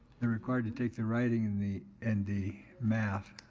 they're required to take the writing and the and the math.